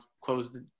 closed